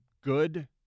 good